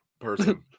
person